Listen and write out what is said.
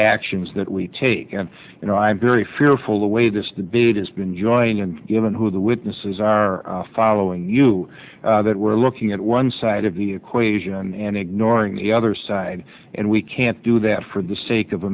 actions that we take and you know i'm very fearful the way this the beard has been joining and given who the witnesses are following you that we're looking at one side of the equation and ignoring the other side and we can't do that for the sake of